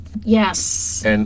Yes